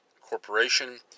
corporation